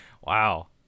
Wow